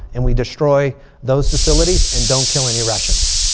and we destroy those facilities and don't kill any russians.